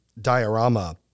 diorama